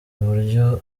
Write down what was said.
uburyo